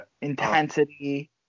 Intensity